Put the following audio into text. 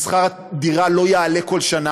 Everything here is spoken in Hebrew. ושכר הדירה לא יעלה כל שנה,